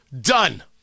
Done